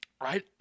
Right